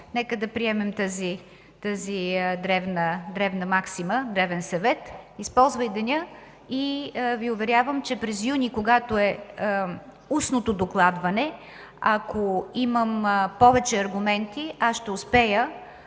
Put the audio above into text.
нека да приемем тази древна максима, древен съвет: използвай деня. Уверявам Ви, че през месец юни, когато е устното докладване, ако имам повече аргументи, ще успея